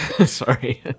Sorry